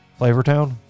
Flavortown